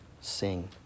sing